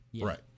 right